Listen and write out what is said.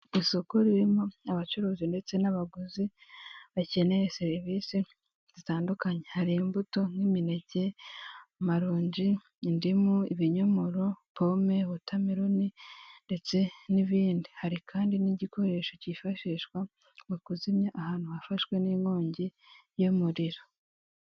Isoko ririmo abacuruzi ndetse n'abaguzi bakeneye serivisi zitandukanye, hari imbuto nk'imineke, amaronji, indimu, ibinyomoro, pome, wotameloni ndetse n'ibindi. Hari kandi n'igikoresho cyifashishwa mu kuzimya ahantu hafashwe n'inkongi y'umuriro.